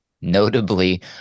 notably